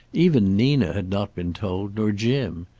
even nina had not been told, nor jim.